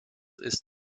ist